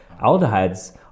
aldehydes